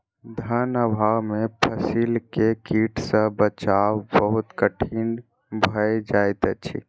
धन अभाव में फसील के कीट सॅ बचाव बहुत कठिन भअ जाइत अछि